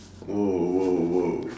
!whoa! !whoa! !whoa!